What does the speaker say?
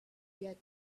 get